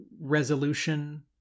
resolution